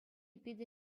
питӗ